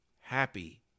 happy